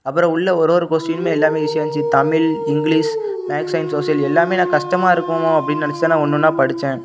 அப்புறம் உள்ளே ஒரு ஒரு கொஸ்டிணும் எல்லாமே ஈஸியாக இருந்துச்சி Tamil English maths science social எல்லாம் நான் கஷ்டமாக இருக்கும் அப்படின்னு நினச்சு தான் நான் ஒன்று ஒன்றா படித்தேன்